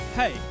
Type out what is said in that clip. Hey